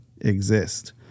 exist